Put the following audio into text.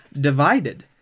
divided